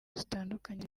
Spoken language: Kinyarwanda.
zitandukanye